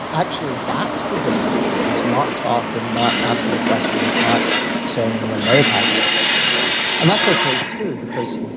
actually, that's the difficult bit is not talking, not asking questions, not saying when they've had that experience. and that's okay too because